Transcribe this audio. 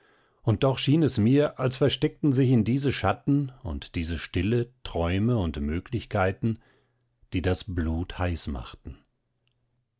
und doch schien es mir als versteckten sich in diese schatten und diese stille träume und möglichkeiten die das blut heiß machten